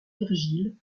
virgile